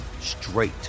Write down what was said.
straight